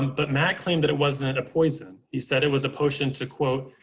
but matt claimed that it wasn't a poison. he said it was a potion to, quote,